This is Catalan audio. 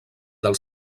del